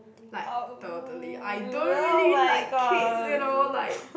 like totally I don't really like kids you know like